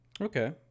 okay